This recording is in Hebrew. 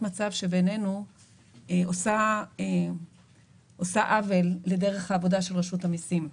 מצב שבעינינו עושה עוול לדרך העבודה של רשות המיסים.